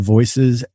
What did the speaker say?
Voices